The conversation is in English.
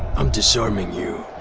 i'm disarming you.